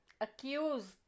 accused